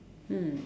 mm